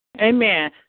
Amen